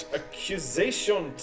accusation